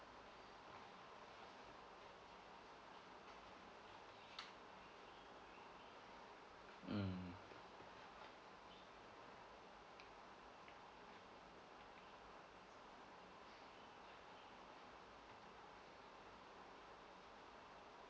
mm